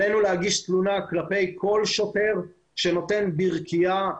האם עלינו להגיש תלונה כלפי כל שוטר שנותן ברכייה,